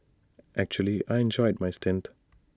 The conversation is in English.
actually I enjoyed my stint